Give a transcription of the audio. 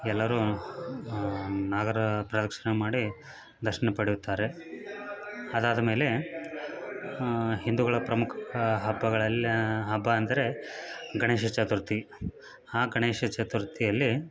ಎಲ್ಲರೂ ನಾಗರ ಪ್ರದಕ್ಷಿಣೆ ಮಾಡಿ ದರ್ಶನ ಪಡೆಯುತ್ತಾರೆ ಅದಾದ್ಮೇಲೆ ಹಿಂದೂಗಳ ಪ್ರಮುಖ ಹಬ್ಬಗಳಲ್ಲಿ ಹಬ್ಬ ಅಂದರೆ ಗಣೇಶ ಚತುರ್ಥಿ ಆ ಗಣೇಶ ಚತುರ್ಥಿಯಲ್ಲಿ